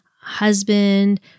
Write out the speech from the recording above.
husband